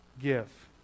give